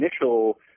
initial